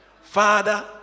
Father